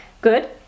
Good